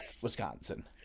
Wisconsin